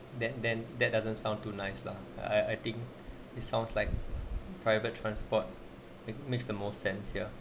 that then that doesn't sound too nice lah I I think it sounds like private transport makes the most sense here